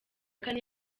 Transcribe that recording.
kane